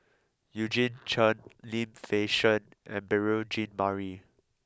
Eugene Chen Lim Fei Shen and Beurel Jean Marie